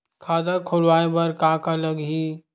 खाता खुलवाय बर का का लगही?